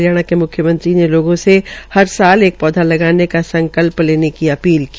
हरियाणा के म्ख्यमंत्री ने लोगों से हर साल एक पौधा लगाने का संकल्प लेने की अपील की